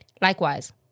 Likewise